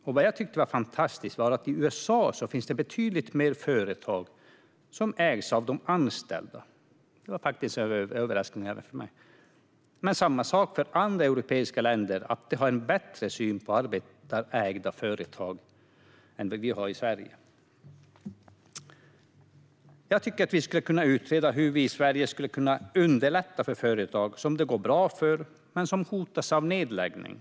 Jag tycker att det är fantastiskt att det i USA finns betydligt fler företag som ägs av de anställda än jag trodde. Det var en överraskning för mig. Samma sak gäller i andra europeiska länder. De har en bättre syn på arbetstagarägda företag. Man skulle kunna utreda hur vi i Sverige skulle kunna underlätta för företag som det går bra för men som hotas av nedläggning.